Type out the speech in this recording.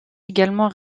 également